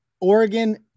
Oregon